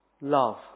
Love